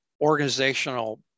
organizational